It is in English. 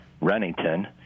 Runnington